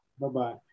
Bye-bye